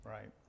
Right